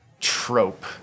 trope